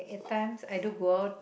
times I do go out